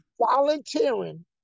volunteering